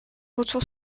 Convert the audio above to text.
retour